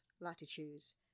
latitudes